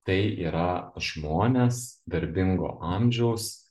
tai yra žmonės darbingo amžiaus